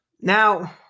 Now